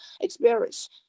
experience